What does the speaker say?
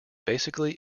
basically